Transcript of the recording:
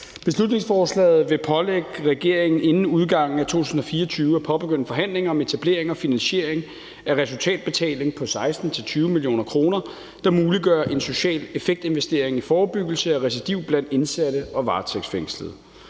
Beslutningsforslaget vil pålægge regeringen inden udgangen af 2024 at påbegynde forhandlinger om etablering og finansiering af resultatbetaling på 16-20 mio. kr., der muliggør en social effekt-investering i forebyggelse af recidiv blandt indsatte og varetægtsfængslede.